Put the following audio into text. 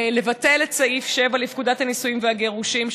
לבטל את סעיף 7 לפקודת הנישואין והגירושין,